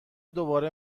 دوباره